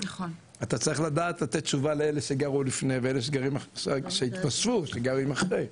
אתה צריך לדעת לתת תושבה לאלה שגרו לפני ואלה שהתווספו שגרים אחרי,